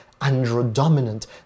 androdominant